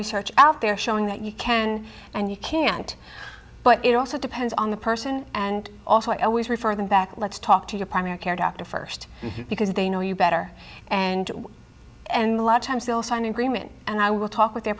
research out there showing that you can and you can't but it also depends on the person and also i always refer them back let's talk to your primary care doctor first because they know you better and and a lot of times they'll sign an agreement and i will talk with their